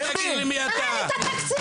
תראה לי את התקציב,